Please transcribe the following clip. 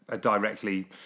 directly